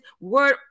word